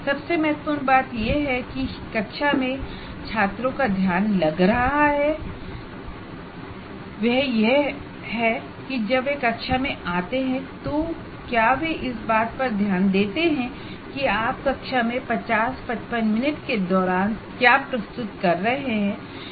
सबसे महत्वपूर्ण बात यह है कि कक्षा में छात्रों का ध्यान लग रहा है वह यह है कि जब वे कक्षा में आते हैं तो क्या वे इस बात पर ध्यान देते हैं कि आप कक्षा में 50 55 मिनट के दौरान क्या प्रस्तुत कर रहे हैं